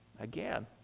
Again